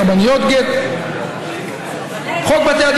סרבניות גט.